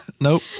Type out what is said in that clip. nope